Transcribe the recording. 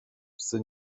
psy